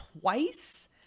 twice